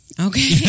Okay